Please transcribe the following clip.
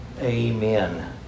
Amen